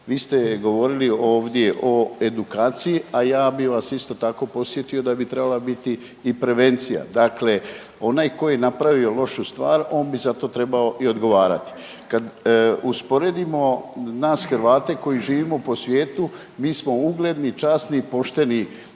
Vi ste govorili ovdje o edukaciji, a ja bih vas isto tako podsjetio da bi trebala biti i prevencija. Dakle, onaj tko je napravio lošu stvar on bi za to trebao i odgovarati. Kad usporedimo nas Hrvate koji živimo po svijetu mi smo ugledni, časni, pošteni